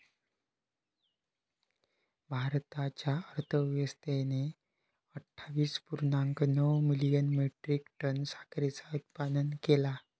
भारताच्या अर्थव्यवस्थेन अट्ठावीस पुर्णांक नऊ मिलियन मेट्रीक टन साखरेचा उत्पादन केला